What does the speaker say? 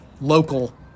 local